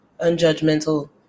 unjudgmental